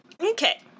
Okay